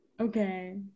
okay